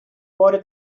cuore